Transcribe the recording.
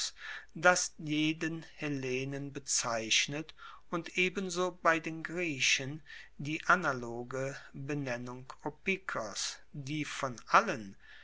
das jeden hellenen bezeichnet und ebenso bei den griechen die analoge benennung die von allen